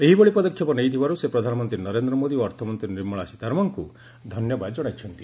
ଏହିଭଳି ପଦକ୍ଷେପ ନେଇଥିବାରୁ ସେ ପ୍ରଧାନମନ୍ତ୍ରୀ ନରେନ୍ଦ୍ର ମୋଦି ଓ ଅର୍ଥମନ୍ତ୍ରୀ ନିର୍ମଳା ସୀତାରମଣଙ୍କୁ ଧନ୍ୟବାଦ ଜଣାଇଛନ୍ତି